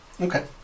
Okay